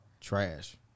Trash